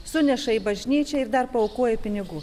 suneša į bažnyčią ir dar paaukoja pinigų